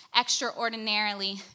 extraordinarily